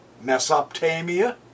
Mesopotamia